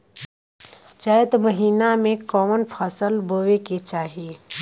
चैत महीना में कवन फशल बोए के चाही?